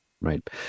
Right